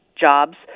jobs